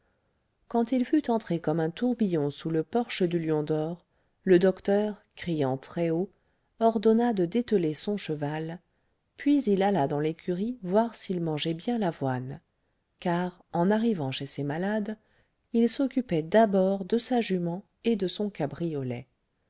quand il fut entré comme un tourbillon sous le porche du lion d'or le docteur criant très haut ordonna de dételer son cheval puis il alla dans l'écurie voir s'il mangeait bien l'avoine car en arrivant chez ses malades il s'occupait d'abord de sa jument et de son cabriolet